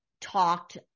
talked